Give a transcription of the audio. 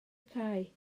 cae